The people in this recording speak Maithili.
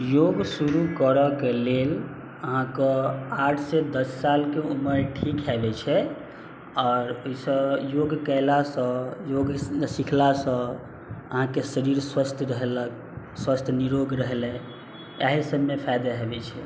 योग शुरू करऽके लेल अहाँके आठसँ दस सालके उम्र ठीक होइ छै आओर ओहिसँ योग कएलासँ योग सिखलासँ अहाँके शरीर स्वस्थ रहलक स्वस्थ निरोग रहलै इएह सबमे फायदा होइ छै